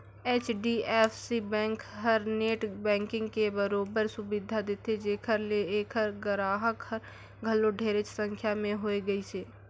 HDFC bank हर net banking के बरोबर सुबिधा देथे जेखर ले ऐखर गराहक हर घलो ढेरेच संख्या में होए गइसे